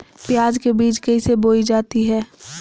प्याज के बीज कैसे बोई जाती हैं?